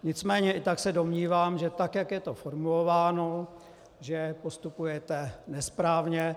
Nicméně i tak se domnívám, že tak jak je to formulováno, postupujete nesprávně.